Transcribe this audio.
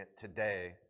today